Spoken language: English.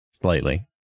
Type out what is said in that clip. slightly